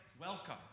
welcome